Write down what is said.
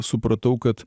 supratau kad